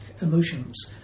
emotions